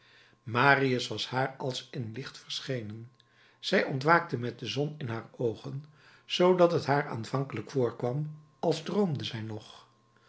marius was haar als in licht verschenen zij ontwaakte met de zon in haar oogen zoodat het haar aanvankelijk voorkwam als droomde zij nog